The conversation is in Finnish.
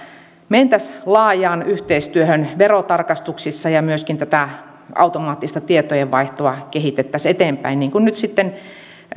mentäisiin laajaan yhteistyöhön verotarkastuksissa ja myöskin automaattista tietojenvaihtoa kehitettäisiin eteenpäin niin kuin nyt